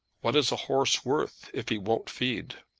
what is a horse worth, if he won't feed?